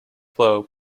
flow